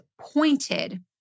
pointed